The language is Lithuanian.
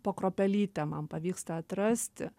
po kruopelytę man pavyksta atrasti